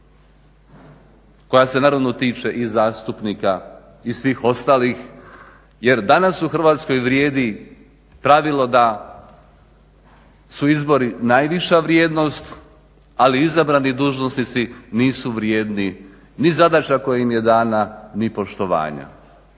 koja se naravno tiče i zastupnika i svih ostalih jer danas u Hrvatskoj vrijedi pravilo da su izbori najviša vrijednost ali izabrani dužnosnici nisu vrijedni ni zadaća koja im je dana ni poštovanja.